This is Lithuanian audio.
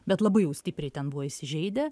bet labai jau stipriai ten buvo įsižeidę